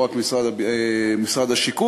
לא רק של משרד השיכון.